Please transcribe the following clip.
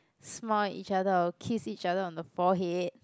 smile each other or kiss each other on the forehead